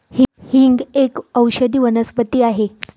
हिंग एक औषधी वनस्पती आहे